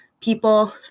people